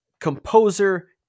composer